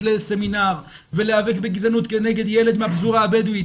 לסמינר ולהיאבק בגזענות כנגד ילד מהפזורה הבדואית,